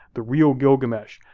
the real gilgamesh,